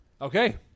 Okay